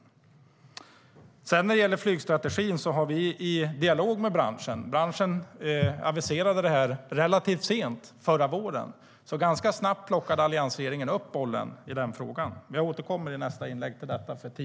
Jag återkommer i nästa replik till detta.